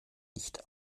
nicht